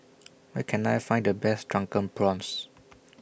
Where Can I Find The Best Drunken Prawns